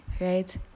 right